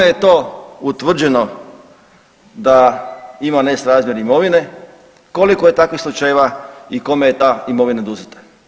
Kome je to utvrđeno da ima nerazmjer imovine, koliko je takvih slučajeva i kome je ta imovina oduzeta?